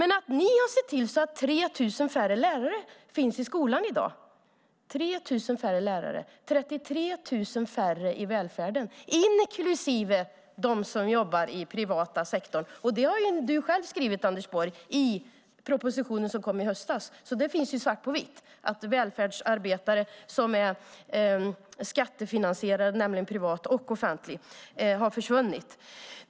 Ni har sett till att 3 000 färre lärare finns i skolan i dag, 33 000 färre i välfärden, inklusive de som jobbar i privata sektorn. Det har du själv skrivit, Anders Borg, i propositionen som kom i höstas, så det finns svart på vitt att välfärdsarbetare som är skattefinansierade, nämligen privata och offentliga, har försvunnit.